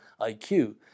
IQ